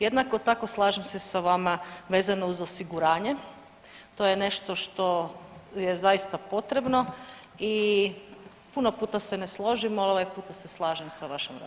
Jednako tako slažem se sa vama vezano uz osiguranje, to je nešto što je zaista potrebno i puno puta se ne složim, ali ovaj puta se slažem sa vašom raspravom.